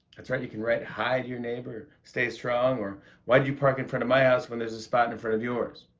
that's right, you can write hi to your neighbor, stay strong, or why did you park in front of my house when there's a spot in front of yours?